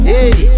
Hey